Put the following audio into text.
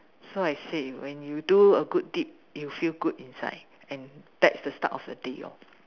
so I said when you do a good deed you feel good inside and that's the start of your day lor